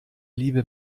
liebe